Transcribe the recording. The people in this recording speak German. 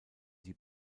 die